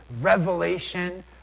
revelation